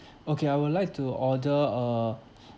okay I would like to order uh